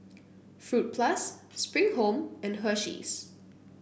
Fruit Plus Spring Home and Hersheys